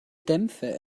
dämpfe